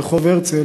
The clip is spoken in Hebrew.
רחוב הרצל,